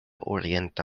orienta